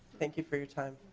thank you for your time.